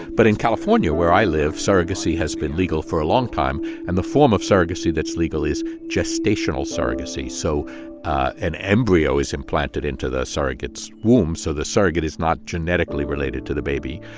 but in california, where i live, surrogacy has been legal for a long time. and the form of surrogacy that's legal is gestational surrogacy so an embryo is implanted into the surrogate's womb, so the surrogate is not genetically related to the baby.